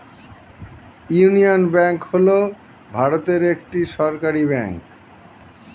union Bank হল ভারতের একটি সরকারি ব্যাঙ্ক